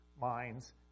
minds